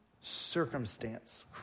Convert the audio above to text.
circumstance